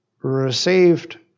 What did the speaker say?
received